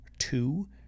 Two